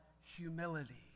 humility